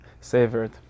savored